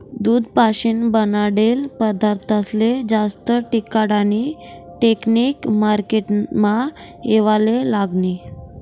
दूध पाशीन बनाडेल पदारथस्ले जास्त टिकाडानी टेकनिक मार्केटमा येवाले लागनी